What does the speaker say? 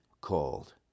called